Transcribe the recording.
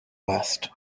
west